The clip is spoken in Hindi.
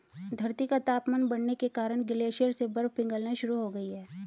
धरती का तापमान बढ़ने के कारण ग्लेशियर से बर्फ पिघलना शुरू हो गयी है